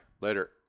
later